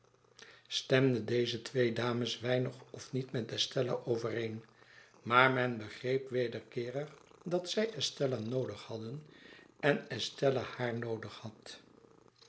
stemden deze twee dames weinig of niet met estella overeen maar men begreep wederkeerig dat zij estella noodig hadden en estella haar noodig had